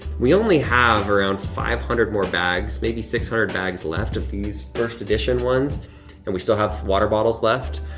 we only have around five hundred more bags, maybe six hundred bags left of these first edition ones and we still have water bottles left.